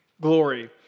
glory